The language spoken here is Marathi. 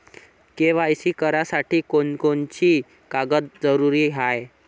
के.वाय.सी करासाठी कोनची कोनची कागद जरुरी हाय?